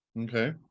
Okay